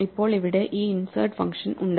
ഇപ്പോൾ ഇവിടെ ഈ ഇൻസേർട്ട് ഫങ്ഷൻ ഉണ്ട്